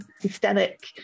systemic